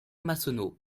massonneau